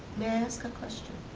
may i ask a question?